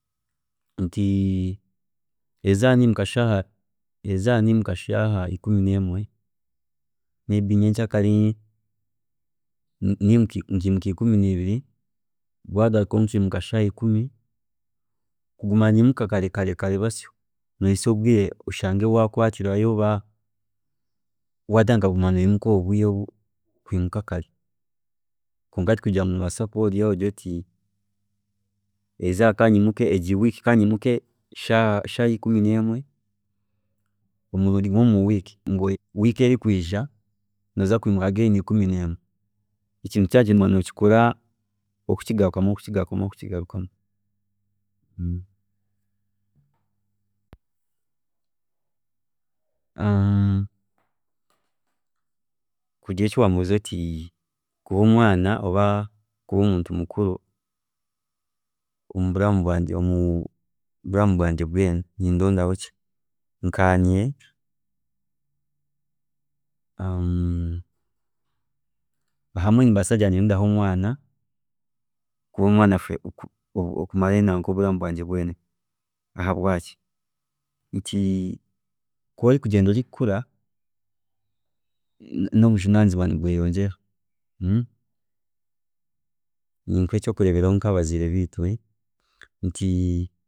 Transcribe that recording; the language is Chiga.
﻿Nti erizooba niimuka shaaha, erizooba niimuka shaaha ikumi nkemwe, may be nyenkyakare nkiimuka ikumi niibiri, bwagarukaho nkiimuka shaaha ikumi, kuguma ninyimuka kara kare basyo nohisya obwiire oshange waakwatirayo oba watandika kugma noyimuka kare kwonka tikugira ngu nobaasa kuba ori aho ogire oti egi wiiki nkanyimuke shaaha shaaha ikumi nemwe omurundi gumwe omu wiiki, ngu wiiki erikwiija nooza kwimuka again ikumi nemwe, ekintu kyoona nooba oyine kukikora kukigarukamu, orikukigarukamu, orikukigarukamu. Hiine ekiwambuuza nti kuba omwaana oba kuba omuntu mukuru oburamu bwangye bwoona nindoondaho ki, nkanye hamwe nimbaasa kugira ngu nindoondaho omwaana oburamu bwangye bwoona, ahabwenki kwori kugyenda nokura, nobujunaanizibwa nibweyongyera, ninkuha ekyokureeberaho kyabaziire biitu.